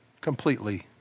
completely